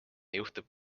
juhtub